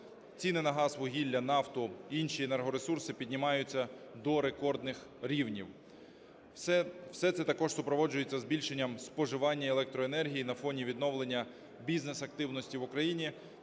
Ціни на газ, вугілля, нафту, інші енергоресурси піднімаються до рекордних рівнів. Все це також супроводжується збільшенням споживання електроенергії на фоні відновлення бізнес-активності в Україні.